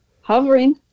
hovering